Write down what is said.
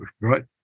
right